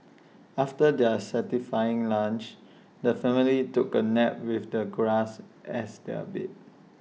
after their satisfying lunch the family took A nap with the grass as their bed